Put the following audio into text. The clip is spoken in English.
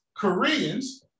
Koreans